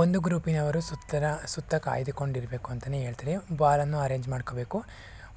ಒಂದು ಗ್ರೂಪಿನವರು ಸುತ್ತನ ಸುತ್ತ ಕಾಯ್ದುಕೊಂಡಿರಬೇಕು ಅಂತಲೇ ಹೇಳ್ತಾರೆ ಬಾಲನ್ನು ಅರೇಂಜ್ ಮಾಡ್ಕೋಬೇಕು